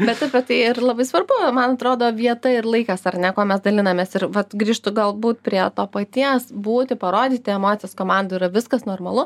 bet apie tai ir labai svarbu man atrodo vieta ir laikas ar ne kuo mes dalinamės ir vat grįžtu galbūt prie to paties būti parodyti emocijas komandoj yra viskas normalu